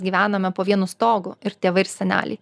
gyvename po vienu stogu ir tėvai ir seneliai